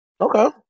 Okay